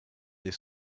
des